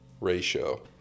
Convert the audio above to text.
ratio